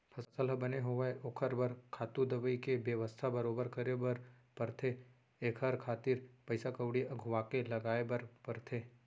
फसल ह बने होवय ओखर बर धातु, दवई के बेवस्था बरोबर करे बर परथे एखर खातिर पइसा कउड़ी अघुवाके लगाय बर परथे